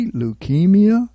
leukemia